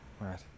Right